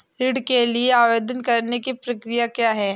ऋण के लिए आवेदन करने की प्रक्रिया क्या है?